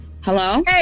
hello